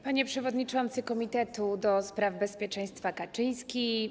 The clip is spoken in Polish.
Panie Przewodniczący Komitetu do Spraw Bezpieczeństwa Kaczyński!